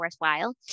worthwhile